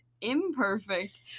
imperfect